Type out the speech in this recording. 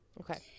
Okay